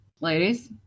Ladies